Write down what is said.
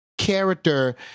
character